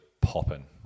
popping